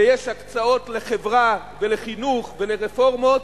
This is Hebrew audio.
ויש הקצאות לחברה ולחינוך ולרפורמות,